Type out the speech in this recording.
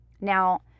now